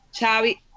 xavi